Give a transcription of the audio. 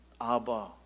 Abba